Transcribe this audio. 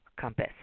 compass